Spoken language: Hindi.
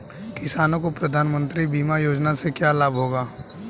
किसानों को प्रधानमंत्री बीमा योजना से क्या लाभ होगा?